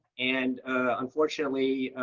and unfortunately,